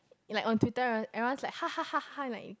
like on Twitter everyone everyone's like hahahaha like